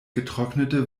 getrocknete